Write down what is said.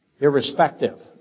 irrespective